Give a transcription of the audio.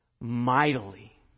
mightily